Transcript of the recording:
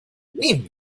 nehmen